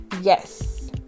Yes